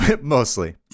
Mostly